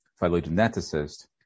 phylogeneticist